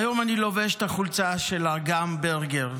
היום אני לובש את החולצה של אגם ברגר,